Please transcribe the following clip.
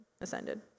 ascended